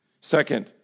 Second